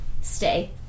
Stay